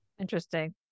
Interesting